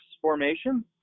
formation